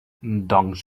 doncs